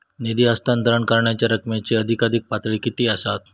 निधी हस्तांतरण करण्यांच्या रकमेची अधिकाधिक पातळी किती असात?